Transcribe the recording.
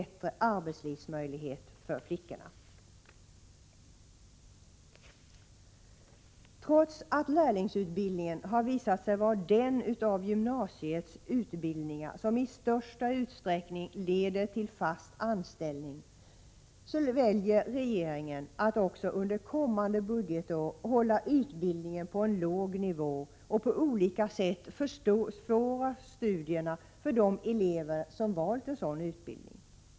Trots att lärlingsutbildningen har visat sig vara den av gymnasieskolans utbildningar som i största utsträckning leder till fast anställning, väljer regeringen att också under kommande budgetår hålla utbildningen på en låg nivå och på olika sätt försvåra studierna för de elever som valt en sådan utbildning.